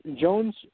Jones